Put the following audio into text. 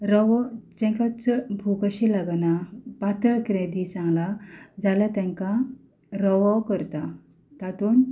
रवो जाका चड भूक अशी लागना पातळ किदेंय दी सांगलां जाल्या तेंकां रवो करता तातूंन